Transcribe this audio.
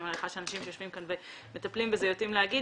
אני מניחה שאנשים שיושבים כאן ומטפלים בזה יודעים להגיד